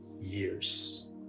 years